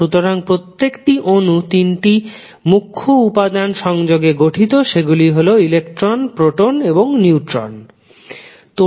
সুতরাং প্রত্যেকটি অণু তিনটি মুখ্য উপাদান সংযোগে গঠিত সেগুলি হল ইলেকট্রন প্রোটন এবং নিউট্রনelectrons protons and neutrons